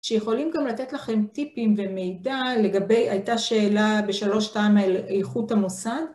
שיכולים גם לתת לכם טיפים ומידע לגבי, הייתה שאלה בשלוש טעם על איכות המוסד.